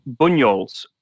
bunyols